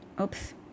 Oops